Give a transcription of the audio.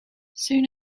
soon